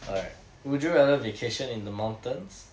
alright would you rather vacation in the mountains